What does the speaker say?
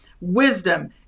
wisdom